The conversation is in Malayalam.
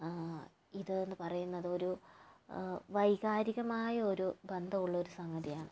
ഇത് എന്ന് പറയുന്നത് ഒരു വൈകാരികമായ ഒരു ബന്ധമുള്ളൊരു സംഗതിയാണ്